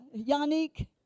Yannick